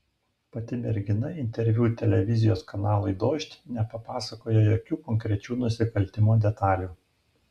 pati mergina interviu televizijos kanalui dožd nepapasakojo jokių konkrečių nusikaltimo detalių